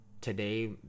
Today